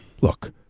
Look